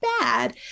bad